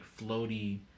floaty